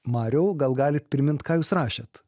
mariau gal galit primint ką jūs rašėt